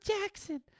Jackson